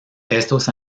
estos